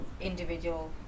individual